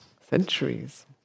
centuries